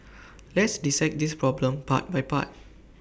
let's dissect this problem part by part